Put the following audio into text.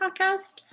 podcast